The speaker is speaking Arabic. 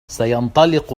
سينطلق